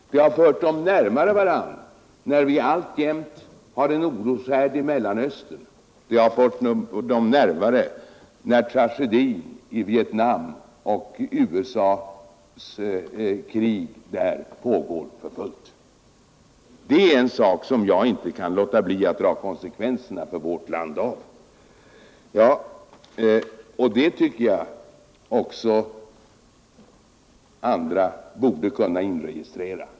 Detta har fört dem närmare varandra när vi alltjämt har en oroshärd i Mellanöstern, och det har fört dem närmare varandra när tragedin i Vietnam och USA:s krig där pågår för fullt. Det är en sak som jag inte kan låta bli att dra konsekvenser av för vårt land, och det tycker jag att andra också borde kunna inregistrera.